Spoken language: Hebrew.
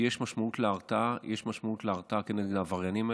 יש משמעות להרתעה כנגד העבריינים האלה,